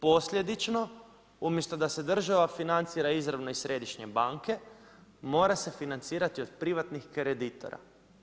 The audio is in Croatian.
Posljedično umjesto da se država financira izravno iz središnje banke mora se financirati od privatnih kredita.